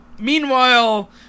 Meanwhile